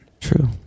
True